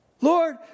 Lord